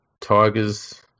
Tigers